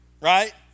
right